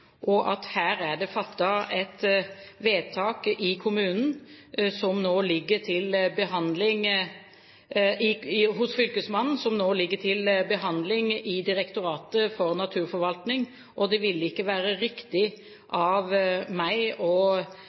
og at her er det fattet et vedtak hos fylkesmannen, som nå ligger til behandling i Direktoratet for naturforvaltning. Det vil ikke være riktig av meg å